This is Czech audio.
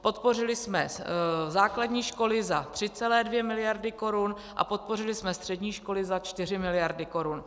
Podpořili jsme základní školy za 3,2 miliardy korun a podpořili jsme střední školy za 4 miliardy korun.